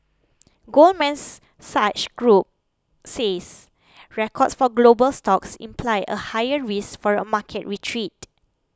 goldman's Sachs Group says records for global stocks imply a higher risk for a market retreat